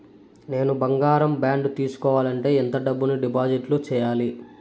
నేను బంగారం బాండు తీసుకోవాలంటే ఎంత డబ్బును డిపాజిట్లు సేయాలి?